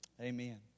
Amen